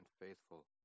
faithful